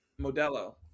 Modelo